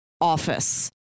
office